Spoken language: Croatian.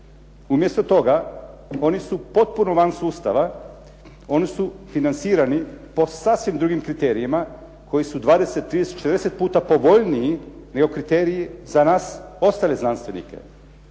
Umjesto toga oni su potpuno van sustava, oni su financirani po sasvim drugim kriterijima koji su 20, 30, 40% povoljniji nego kriteriji za nas ostale znanstvenike.